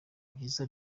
byiza